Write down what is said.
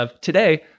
Today